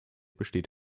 besteht